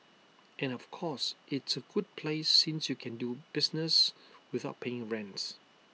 and of course it's A good place since you can do business without paying A rents